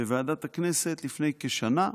בוועדת הכנסת לפני כשנה,